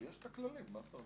יש כללים.